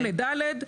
8ד,